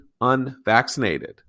unvaccinated